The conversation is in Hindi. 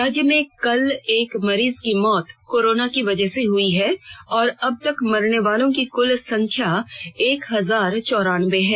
राज्य में कल एक मरीज मौत कोरोना की वजह से हुई है और अबतक मरने वालों की कुल संख्या एक हजार चौरानबे है